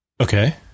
Okay